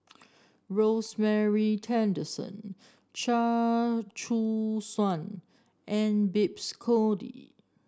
Rosemary Tessensohn Chia Choo Suan and Babes Conde